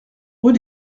rue